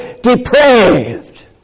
depraved